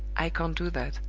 i can't do that.